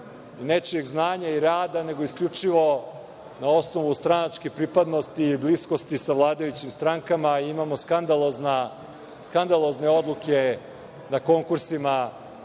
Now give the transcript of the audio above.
nečijeg znanja i rada, nego isključivo na osnovu stranačke pripadnosti i bliskosti sa vladajućim strankama. Imamo skandalozne odluke na konkursima